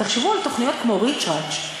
תחשבו על תוכניות כמו "ריץ'-רץ'".